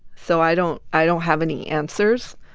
so i don't i don't have any answers.